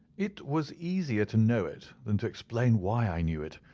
it was easier to know it than to explain why i knew it.